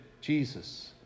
Jesus